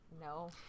No